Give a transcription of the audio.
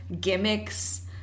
gimmicks